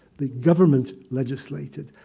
the government legislated.